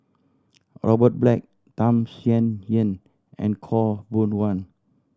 Robert Black Tham Sien Yen and Khaw Boon Wan